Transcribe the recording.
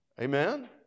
Amen